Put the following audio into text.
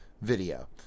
video